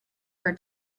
her